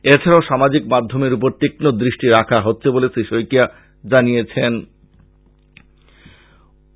এছাড়াও সামাজিক মাধ্যমের উপর তীক্ষন দৃষ্টি রাখা হচ্ছে বলে শ্রীশইকিয়া জানিয়েছেন